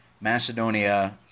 Macedonia